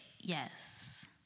Yes